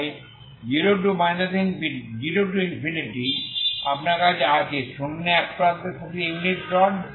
তাই 0 ∞ আপনার আছে শূন্যে এক প্রান্তের সাথে ইনফাইনাইট রড